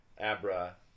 Abra